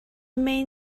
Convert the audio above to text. main